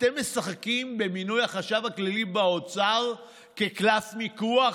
אתם משחקים במינוי החשב הכללי באוצר כקלף מיקוח?